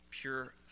pure